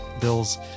bills